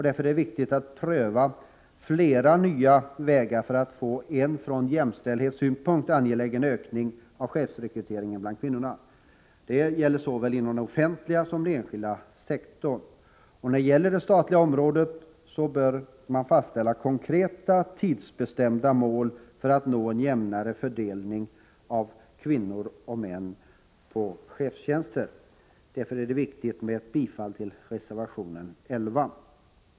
Därför är det viktigt att pröva flera nya vägar för att få en från jämställdhetssynpunkt angelägen ökning av chefsrekryteringen bland kvinnor. Det gäller såväl den offentliga som den enskilda sektorn. När det gäller det statliga området bör man fastställa konkreta, tidsbestämda mål för att nå en jämnare fördelning av kvinnor och män på chefstjänster. Därför är det viktigt med ett bifall till reservation 11.